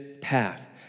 path